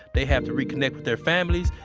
they have to reconnect with their families,